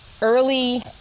early